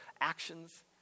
actions